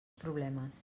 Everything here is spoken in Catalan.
problemes